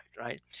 right